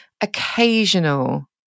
occasional